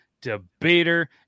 debater